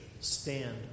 stand